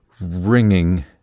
ringing